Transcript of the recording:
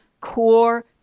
core